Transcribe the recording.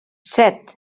set